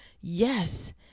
Yes